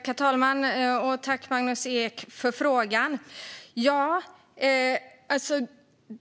Herr talman! Jag tackar Magnus Ek för frågan.